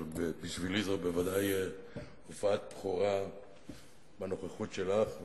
בשבילי זו בוודאי הופעת בכורה בנוכחות שלך,